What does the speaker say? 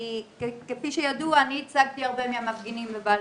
כפי שידוע, אני ייצגתי הרבה מהמפגינים בבלפור.